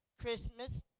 Christmas